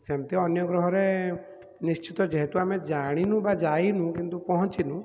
ସେମିତି ଅନ୍ୟ ଗ୍ରହରେ ନିଶ୍ଚିତ ଯେହେତୁ ଆମେ ଜାଣିନୁ ବା ଯାଇନୁ କିନ୍ତୁ ପହଞ୍ଚିଲୁ